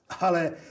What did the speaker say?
ale